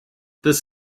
this